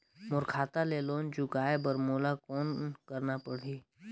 मोर खाता ले लोन चुकाय बर मोला कौन करना पड़ही?